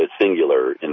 singular